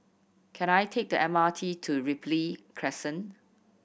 can I take the M R T to Ripley Crescent